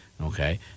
Okay